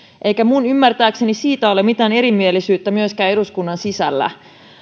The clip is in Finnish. eikä minun ymmärtääkseni siitä ole mitään erimielisyyttä myöskään eduskunnan sisällä